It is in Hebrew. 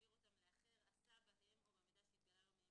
העביר אותם לאחר, עשה בהם או במידע שהתגלה לו מהם